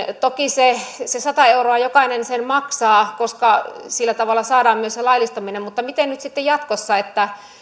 toki jokainen sen sata euroa maksaa koska sillä tavalla saadaan myös se laillistaminen mutta miten nyt sitten jatkossa